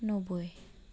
নব্বৈ